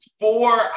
four